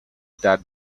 that